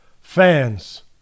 fans